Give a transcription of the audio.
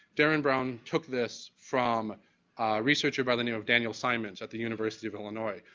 derren brown took this from a researcher by the name of daniel simons at the university of illinois,